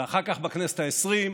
ואחר כך בכנסת העשרים,